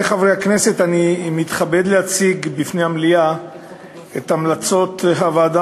אני מתכבד להציג בפני המליאה את המלצות הוועדה